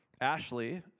Ashley